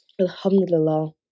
Alhamdulillah